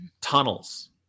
tunnels